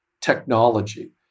technology